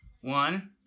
One